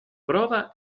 prova